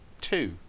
Two